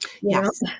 Yes